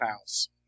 house